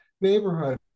neighborhood